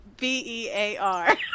B-E-A-R